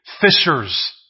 fishers